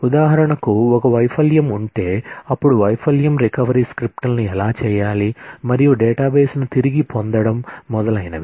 ఉదాహరణకు ఒక వైఫల్యం ఉంటే అప్పుడు వైఫల్యం రికవరీ స్క్రిప్ట్లను ఎలా చేయాలి మరియు డేటాబేస్ను తిరిగి పొందడం మొదలైనవి